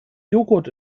joghurt